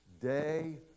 day